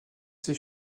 ses